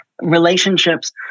relationships